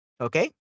Okay